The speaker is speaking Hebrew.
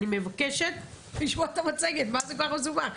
אני מבקשת לשמוע את המצגת, מה כל כך מסובך בזה?